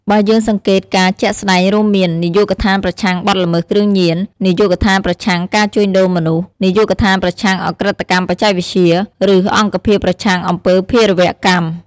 បើយើងសង្កេតការជាក់ស្តែងរួមមាន នាយកដ្ឋានប្រឆាំងបទល្មើសគ្រឿងញៀន នាយកដ្ឋានប្រឆាំងការជួញដូរមនុស្ស នាយកដ្ឋានប្រឆាំងឧក្រិដ្ឋកម្មបច្ចេកវិទ្យា ឬអង្គភាពប្រឆាំងអំពើភេរវកម្ម។